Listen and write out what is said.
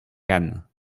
cannes